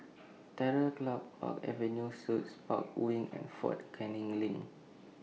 Terror Club Park Avenue Suites Park Wing and Fort Canning LINK